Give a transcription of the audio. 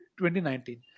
2019